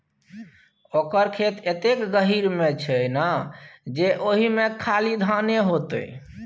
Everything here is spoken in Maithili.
ओकर खेत एतेक गहीर मे छै ना जे ओहिमे खाली धाने हेतै